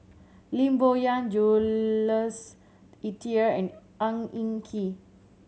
Lim Bo Yam Jules Itier and Ang Hin Kee